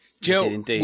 Joe